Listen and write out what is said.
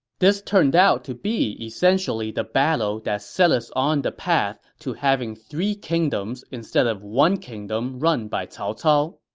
this turned out to be essentially the battle that set us on the path to having three kingdoms instead of one kingdom run by cao cao.